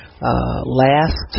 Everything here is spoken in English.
last